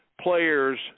players